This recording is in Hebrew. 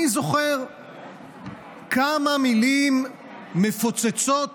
אני זוכר כמה מילים מפוצצות